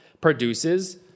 produces